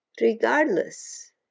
Regardless